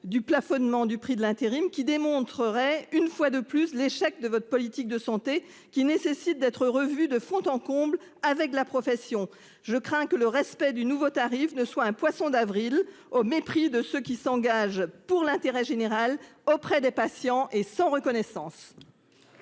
du plafonnement du prix de l'intérim qui démontrerait une fois de plus l'échec de votre politique de santé qui nécessite d'être revu de fond en comble avec la profession. Je crains que le respect du nouveau tarif ne soit un poisson d'avril au mépris de ceux qui s'engagent pour l'intérêt général auprès des patients et sans reconnaissance.